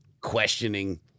questioning